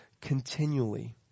continually